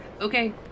Okay